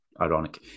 ironic